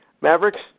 Mavericks